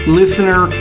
listener